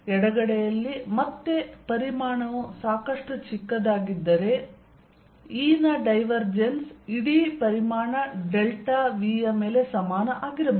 ಎಡಗಡೆಯಲ್ಲಿ ಮತ್ತೆ ಪರಿಮಾಣವು ಸಾಕಷ್ಟು ಚಿಕ್ಕದಾಗಿದ್ದರೆ E ನ ಡೈವರ್ಜೆನ್ಸ್ ಇಡೀ ಪರಿಮಾಣ ಡೆಲ್ಟಾ v ಯ ಮೇಲೆ ಸಮಾನ ಆಗಿರಬಹುದು